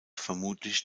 vermutlich